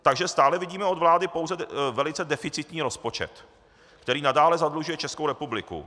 Takže stále vidíme od vlády pouze velice deficitní rozpočet, který nadále zadlužuje Českou republiku.